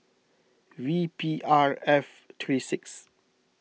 V P R F three six